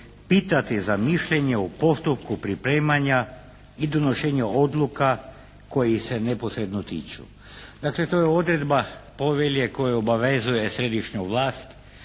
pitati za mišljenje o postupku pripremanja i donošenja odluka kojih se neposredno tiču". Dakle to je odredba povelje koja obavezuje središnju vlast